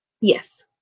Yes